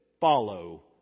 follow